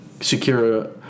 secure